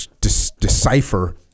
decipher